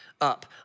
up